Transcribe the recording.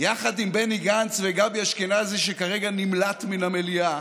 יחד עם בני גנץ וגבי אשכנזי שכרגע נמלט מהמליאה,